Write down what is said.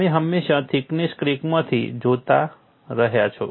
તમે હંમેશાં થિકનેસ ક્રેકમાંથી જોતા રહ્યા છો